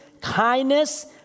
kindness